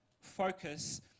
focus